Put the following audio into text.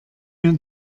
mir